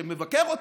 שמבקר אותה,